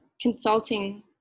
consulting